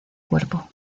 cuerpo